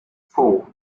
four